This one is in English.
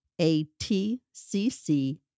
ATCC